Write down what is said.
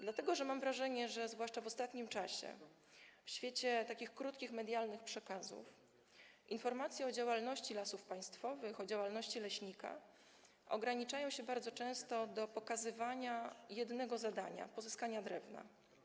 Dlatego że mam wrażenie, zwłaszcza w ostatnim czasie, że w świecie takich krótkich medialnych przekazów informacje o działalności Lasów Państwowych, o działalności leśnika bardzo często ograniczają się do pokazywania jednego zadania: pozyskania drewna.